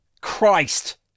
Christ